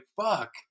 fuck